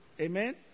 Amen